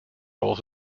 also